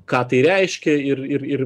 ką tai reiškia ir ir ir